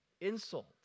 insult